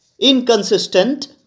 inconsistent